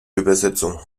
übersetzung